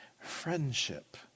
Friendship